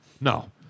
No